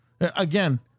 Again